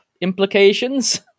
implications